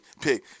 pick